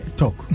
talk